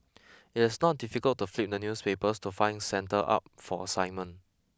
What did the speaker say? it is not difficult to flip the newspapers to find centres up for assignment